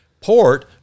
port